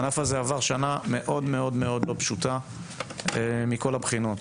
הענף הזה עבר שנה מאוד מאוד לא פשוטה מכל הבחינות,